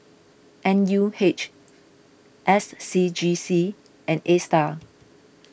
N U H S C G C and Astar